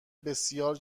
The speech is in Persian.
بسیار